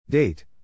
Date